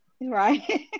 Right